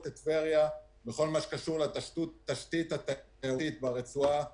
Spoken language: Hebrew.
את טבריה בכל מה שקשור לתשתית התעשייתית ברצועת